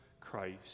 Christ